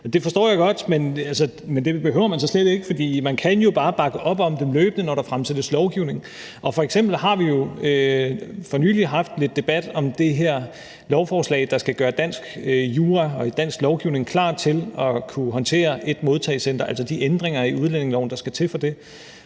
Det forstår jeg godt, men det behøver man så slet ikke, for man kan jo bare bakke om dem løbende, når der fremsættes lovgivning. F.eks. har vi jo for nylig haft lidt debat om det her lovforslag, der skal gøre dansk jura og dansk lovgivning klar til at kunne håndtere et modtagecenter, altså om de ændringer i udlændingeloven, der skal til for det.